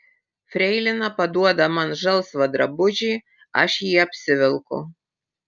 freilina paduoda man žalsvą drabužį aš jį apsivelku